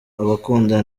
abakunda